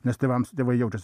nes tėvams tėvai jaučiasi